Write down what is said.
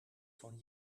van